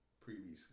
previously